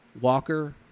Walker